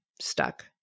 stuck